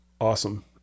awesome